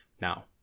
Now